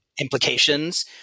implications –